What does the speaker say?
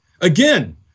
Again